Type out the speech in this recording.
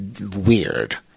weird